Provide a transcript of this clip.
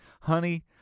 Honey